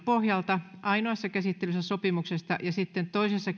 pohjalta ainoassa käsittelyssä sopimuksesta ja sitten toisessa